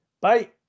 Bye